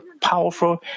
powerful